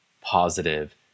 positive